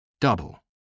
double